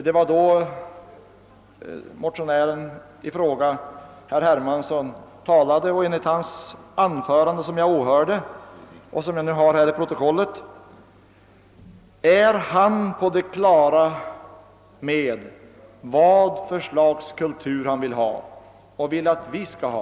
Det var då motionären i fråga, herr Hermansson, talade och enligt hans anförande — som jag åhörde och som jag nu har i protokoilet är han på det klara med vad för slags kultur han vill ha och vill att vi skall ha.